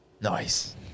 Nice